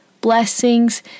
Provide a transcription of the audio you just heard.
Blessings